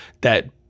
that-